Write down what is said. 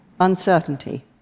Uncertainty